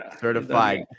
Certified